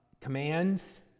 commands